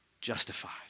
Justified